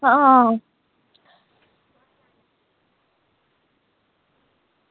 आं